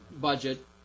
budget